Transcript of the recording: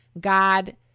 God